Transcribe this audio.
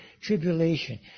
tribulation